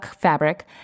fabric